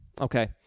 Okay